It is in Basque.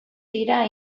dira